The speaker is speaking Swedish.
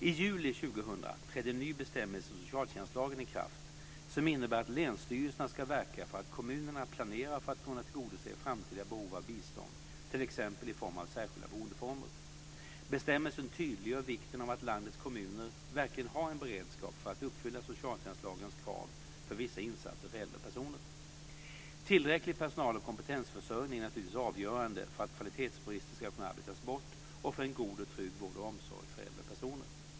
I juli 2000 trädde en ny bestämmelse i socialtjänstlagen i kraft som innebär att länsstyrelserna ska verka för att kommunerna planerar för att kunna tillgodose framtida behov av bistånd, t.ex. i form av särskilda boendeformer. Bestämmelsen tydliggör vikten av att landets kommuner verkligen har en beredskap för att uppfylla socialtjänstlagens krav på vissa insatser för äldre personer. Tillräcklig personal och kompetensförsörjning är naturligtvis avgörande för att kvalitetsbrister ska kunna arbetas bort och för en god och trygg vård och omsorg för äldre personer.